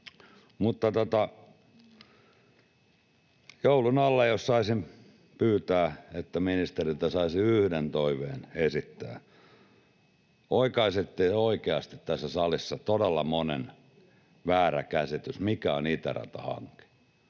Mutta joulun alla jos saisin pyytää, että ministerille saisi yhden toiveen esittää: oikaisette oikeasti tässä salissa todella monen väärän käsityksen siitä, mikä on itäratahanke.